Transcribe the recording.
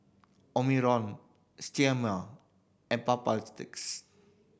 Omron Sterimar and